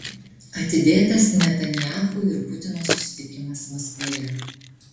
atidėtas netanyahu ir putino susitikimas maskvoje